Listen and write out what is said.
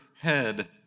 head